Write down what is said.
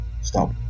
Stop